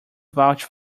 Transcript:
vouch